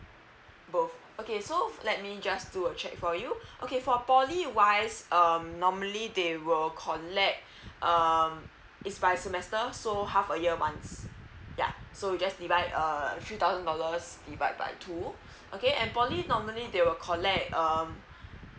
both okay so let me just do a check for you okay for poly wise um normally they will collect uh it's by semester so half a year once yeah so you just divide uh a few thousand dollars divide by two okay and poly normally they will collect um